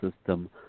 system